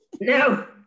No